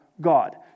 God